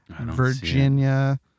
Virginia